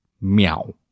meow